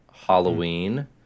Halloween